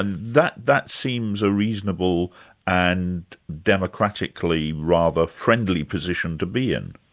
and that that seems a reasonable and democratically rather friendly position to be in.